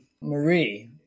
Marie